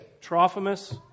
Trophimus